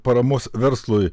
paramos verslui